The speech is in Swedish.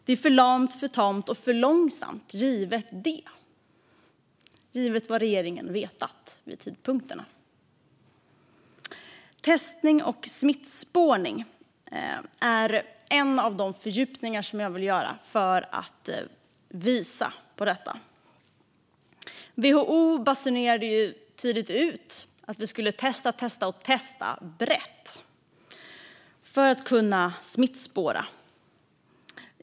Det är för lamt, för tamt och för långsamt, givet vad regeringen vetat vid tidpunkten. Testning och smittspårning är en av de fördjupningar som jag vill göra för att visa på detta. WHO basunerade tidigt ut att vi skulle testa, och testa brett, för att kunna smittspåra.